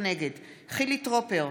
נגד חילי טרופר,